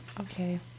Okay